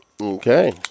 Okay